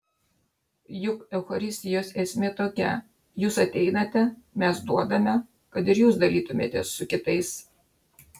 juk eucharistijos esmė tokia jūs ateinate mes duodame kad ir jūs dalytumėtės su kitais